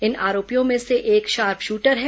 इन आरोपियों में से एक शार्प शूटर है